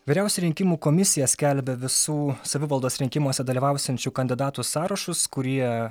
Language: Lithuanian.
vyriausioji rinkimų komisija skelbia visų savivaldos rinkimuose dalyvausiančių kandidatų sąrašus kurie